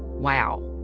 wow.